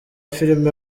filime